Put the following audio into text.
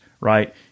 right